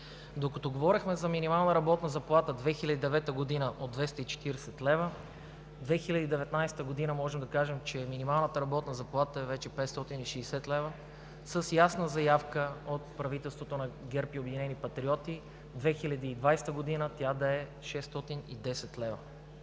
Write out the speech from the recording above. Докато говорехме за минимална работна заплата през 2009 г. от 240 лв., през 2019 г. можем да кажем, че минималната работна заплата вече е 560 лв. с ясна заявка от правителството на ГЕРБ и „Обединените патриоти“ през 2020 г. тя да е 610 лв.